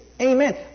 Amen